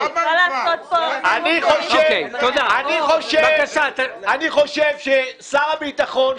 --- אני חושב ששר הביטחון,